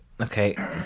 Okay